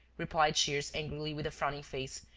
replied shears, angrily, with a frowning face.